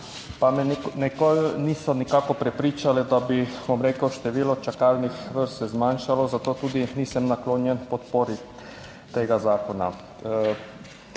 pa me nikoli niso nikakor prepričale, da bi, bom rekel, število čakalnih vrst se zmanjšalo , zato tudi nisem naklonjen podpori tega zakona.